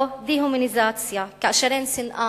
או דה-הומניזציה, כאשר אין שנאה,